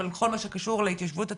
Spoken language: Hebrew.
אבל כל מה שקשור להתיישבות הצעירה,